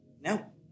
No